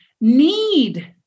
need